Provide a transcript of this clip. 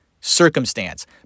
circumstance